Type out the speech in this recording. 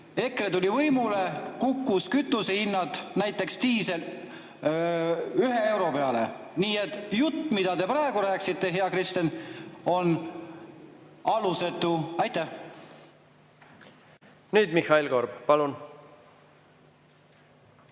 EKRE tuli võimule, kukkusid kütusehinnad, näiteks diisel, ühe euro peale. Nii et jutt, mida te praegu rääkisite, hea Kristen, on alusetu. Nüüd Mihhail Korb, palun!